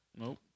Nope